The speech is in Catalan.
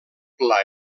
pla